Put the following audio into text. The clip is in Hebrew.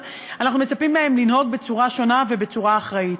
אבל אנחנו מצפים מהם לנהוג בצורה שונה ובצורה אחראית.